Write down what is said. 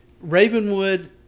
Ravenwood